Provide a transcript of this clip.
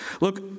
Look